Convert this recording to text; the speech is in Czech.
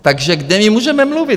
Takže kde my můžeme mluvit?